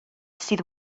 sydd